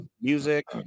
music